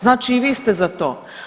Znači i vi ste za to.